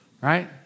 right